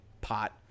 pot